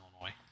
Illinois